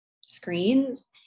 screens